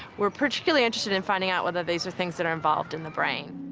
we're particularly interested in finding out whether these are things that are involved in the brain.